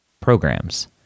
programs